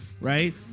right